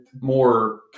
more